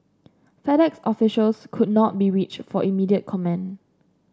Fed Ex officials could not be reached for immediate comment